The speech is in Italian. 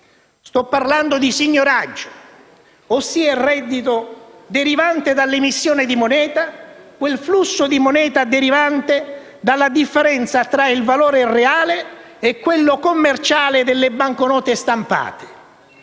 Sto parlando di signoraggio, ossia il reddito derivante dall'emissione di moneta, quel flusso di moneta derivante dalla differenza tra il valore reale e quello commerciale delle banconote stampate.